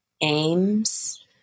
aims